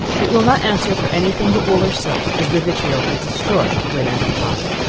it will not answer for any thing but wool or silk, as the vitriol will destroy linen or cotton.